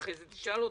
ואחרי זה תשאל אותם.